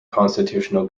constitutional